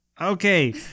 Okay